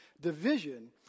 division